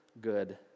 good